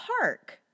park